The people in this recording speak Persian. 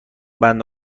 بنده